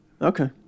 Okay